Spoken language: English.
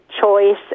choice